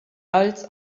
als